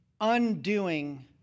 undoing